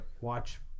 watch